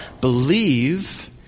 Believe